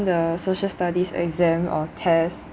the social studies exams or tests